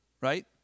Right